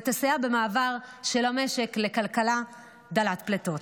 ותסייע במעבר של המשק לכלכלה דלת פליטות.